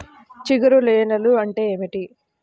జిగురు నేలలు అంటే ఏమిటీ?